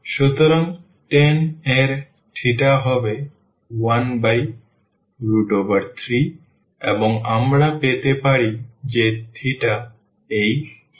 সুতরাং tan এর হবে 13 এবং আমরা পেতে পারি যে এই 6